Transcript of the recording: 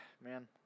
man